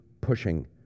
pushing